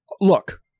Look